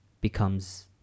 becomes